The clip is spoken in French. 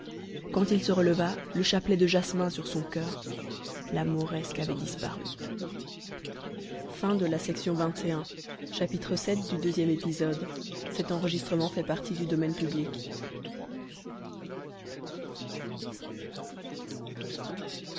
quand il se releva le chapelet de jasmin sur son coeur la mauresque avait disparu